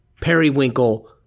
periwinkle